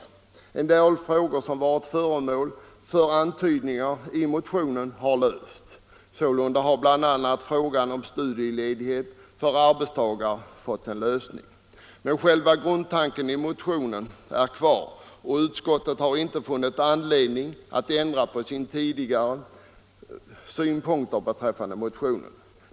En del frågor som har varit föremål — Semesteroch vissa för antydningar i motionen har lösts. Sålunda har bl.a. frågan om stu — andraarbetstidsfrådieledighet för arbetstagare fått sin lösning. Men själva grundtanken i = gor motionen är kvar, och utskottet har inte funnit anledning att ändra på sina tidigare synpunkter beträffande motionen.